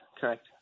correct